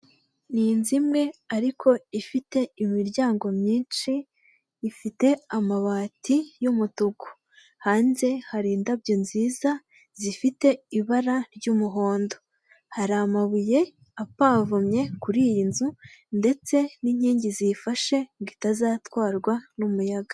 Ni inzu imwe ariko ifite imiryango myinshi, ifite amabati y'umutuku, hanze hari indabyo nziza zifite ibara ry'umuhondo, hari amabuye apavumye kuri iyi nzu ndetse n'inkingi zifashe ngo itazatwarwa n'umuyaga.